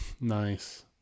Nice